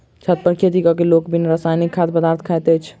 छत पर खेती क क लोक बिन रसायनक खाद्य पदार्थ खाइत अछि